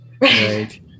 Right